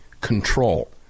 control